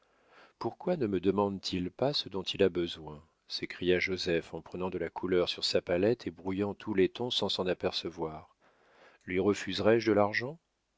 pourquoi ne me demande-t-il pas ce dont il a besoin s'écria joseph en prenant de la couleur sur sa palette et brouillant tous les tons sans s'en apercevoir lui refuserais-je de l'argent